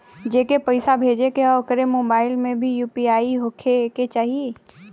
जेके पैसा भेजे के ह ओकरे मोबाइल मे भी यू.पी.आई होखे के चाही?